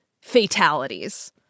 fatalities